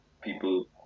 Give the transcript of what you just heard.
people